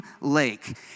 Lake